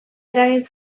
eragin